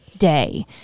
Day